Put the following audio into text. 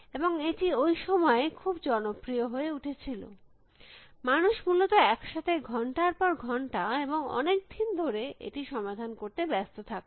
এবং এটি ওই সময়ে খুব জনপ্রিয় হয়ে উঠেছিল মানুষ মূলত একসাথে ঘন্টার পর ঘন্টা এবং অনেক দিন ধরে এটি সমাধান করতে ব্যস্ত থাকত